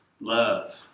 love